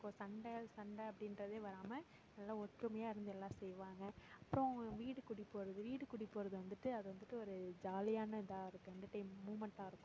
ஒரு சண்டை சண்டை அப்படின்றதே வராமல் நல்ல ஒற்றுமையாக இருந்து எல்லாம் செய்வாங்க அப்புறம் வீடு குடி போகிறது வீடு குடி போகிறது வந்துட்டு அது வந்துட்டு ஒரு ஜாலியான இதாக இருக்கும் என்டர்டைன்மென்ட் மூமெண்ட்டாக இருக்கும்